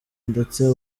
ndetse